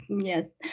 Yes